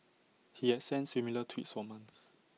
he had sent similar tweets for months